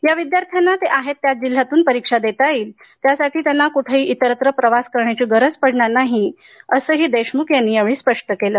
या विद्यार्थ्यांना ते आहेत त्याच जिल्ह्यातून परीक्षा देता येईल त्यासाठी त्यांना कोठेही इतस्त्र प्रवास करण्याची गरज पडणार नाही असेही देशमुख यांनी स्पष्ट केले